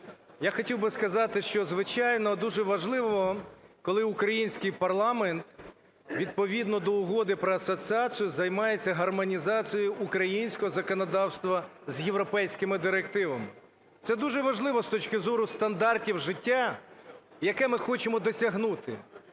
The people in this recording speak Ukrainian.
я хотів би сказати, що, звичайно, дуже важливо, коли український парламент відповідно до Угоди про асоціацію займається гармонізацією українського законодавства з європейськими директивами. Це дуже важливо з точки зору стандартів життя, яке ми хочемо досягнути.